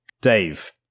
Dave